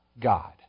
God